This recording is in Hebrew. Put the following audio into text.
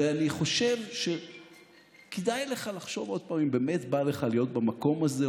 ואני חושב שכדאי לך לחשוב עוד פעם אם באמת בא לך להיות במקום הזה,